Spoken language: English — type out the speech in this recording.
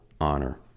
honor